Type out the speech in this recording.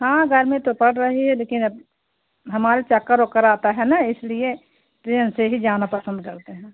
हाँ गर्मी तो पड़ रही है लेकिन अब हमारे चक्कर ओक्कर आता है ना इसलिए ट्रेन से ही जाना पसंद करते हैं